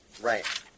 Right